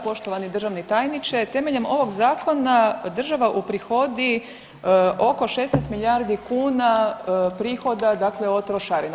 Poštovani državni tajniče, temeljem ovog zakona država uprihodi oko 16 milijardi kuna prihoda dakle od trošarina.